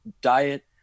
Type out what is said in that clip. diet